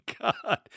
God